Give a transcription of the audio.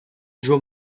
joe